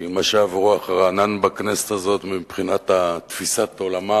שהיא משב רוח רענן בכנסת הזאת מבחינת תפיסת עולמה